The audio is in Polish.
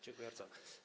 Dziękuję bardzo.